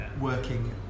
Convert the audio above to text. working